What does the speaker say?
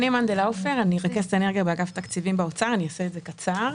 אני רכזת אנרגיה באגף התקציבים במשרד האוצר.